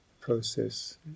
process